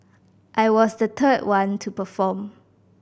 I was the third one to perform